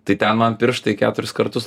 tai ten man pirštai keturis kartus